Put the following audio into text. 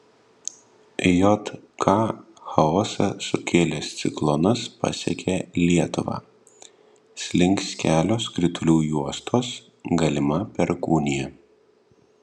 jk chaosą sukėlęs ciklonas pasiekė lietuvą slinks kelios kritulių juostos galima perkūnija